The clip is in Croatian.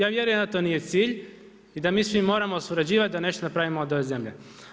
Ja vjerujem da to nije cilj i da mi svi moramo surađivati da nešto napravimo od ove zemlje.